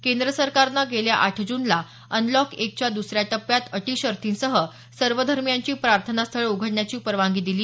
केंद्र सरकारनं गेल्या आठ जूनला अनलॉक एकच्या दुसऱ्या टप्प्यात अटी शर्थींसह सर्व धर्मियांची प्रार्थना स्थळं उघडण्याची परवानगी दिली